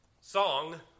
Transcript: song